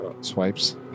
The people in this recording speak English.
swipes